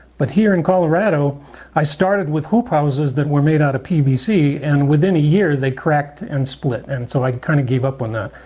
but here in colorado i started with hoop houses that were made out of pvc and within a year they cracked and split and so i kind of gave up on that.